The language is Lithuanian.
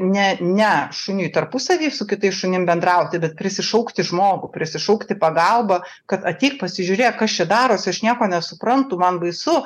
ne ne šuniui tarpusavyje su kitais šunim bendrauti bet prisišaukti žmogų prisišaukti pagalbą kad ateik pasižiūrėk kas čia darosi aš nieko nesuprantu man baisu